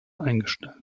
eingestellt